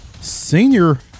Senior